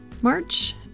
March